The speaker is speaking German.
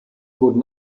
wurden